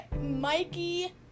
Mikey